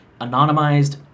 anonymized